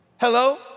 Hello